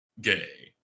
gay